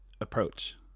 approach